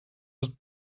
het